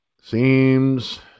Seems